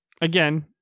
again